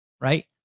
right